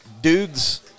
dudes